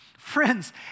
Friends